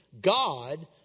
God